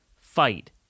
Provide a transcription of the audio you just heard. fight